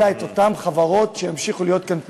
אלא את אותן חברות שימשיכו להיות כאן פעילות.